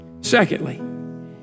Secondly